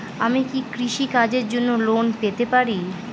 আমি কি কৃষি কাজের জন্য লোন পেতে পারি?